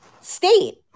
state